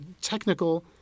technical